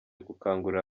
gukangurira